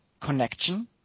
connection